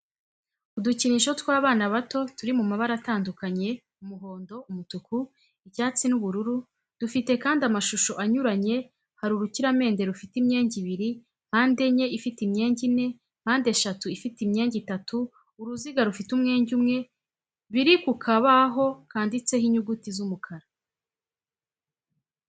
Udukinisho tw'abana bato turi mu mabara atandukanye umuhondo, umutuku, icyatsi, n'ubururu dufite kandi amashusho anyuranye hari urukiramende rufite imyenge ibiri, mpandenye ifite imyenge ine, mpandeshatu ifite imyenge itatu, uruziga rufite umwenge umwe, biri ku kabaho kanditseho inyuguti z'umukara.